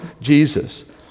Jesus